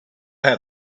have